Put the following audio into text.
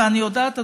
ואני יודעת,